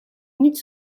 niet